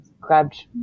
grabbed